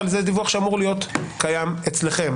אבל זה דיווח שאמור להיות קיים אצלכם